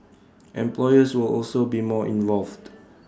employers will also be more involved